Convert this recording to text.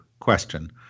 question